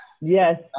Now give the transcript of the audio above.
Yes